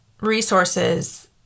resources